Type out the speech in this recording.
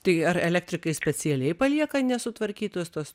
tai ar elektrikai specialiai palieka nesutvarkytus tuos